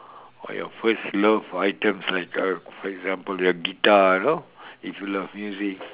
or your first love items like uh for example your guitar you know if you love music